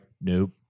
nope